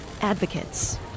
advocates